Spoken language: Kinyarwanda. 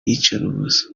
iyicarubozo